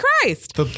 Christ